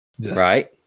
right